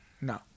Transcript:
No